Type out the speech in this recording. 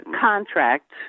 contract